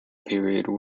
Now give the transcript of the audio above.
period